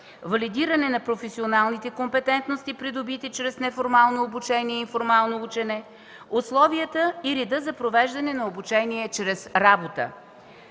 валидиране на професионалните компетентности, придобити чрез неформално обучение и информално учене, условията и реда за провеждане на обучение чрез работа.